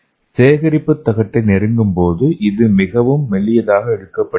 சேகரிப்புத் தகட்டை நெருங்கும்போது இது மிகவும் மெல்லியதாக இழுக்கப்படுகிறது